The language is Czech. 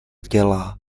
děla